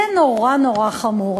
זה נורא נורא חמור.